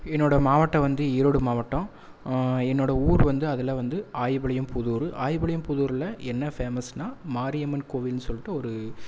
என்னோடய மாவட்டம் வந்து ஈரோடு மாவட்டம் என்னோடய ஊர் வந்து அதில் வந்து ஆயிபலியம்புதூரு ஆயிபலியம்புதூரில் என்ன ஃபேமஸ்னால் மாரியம்மன் கோவில்னு சொல்லிட்டு ஒரு